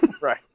Right